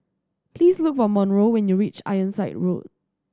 please look for Monroe when you reach Ironside Road